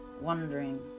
wondering